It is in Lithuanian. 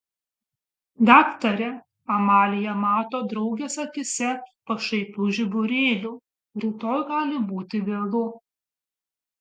daktare amalija mato draugės akyse pašaipių žiburėlių rytoj gali būti vėlu